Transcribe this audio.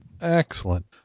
Excellent